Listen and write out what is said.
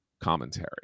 commentary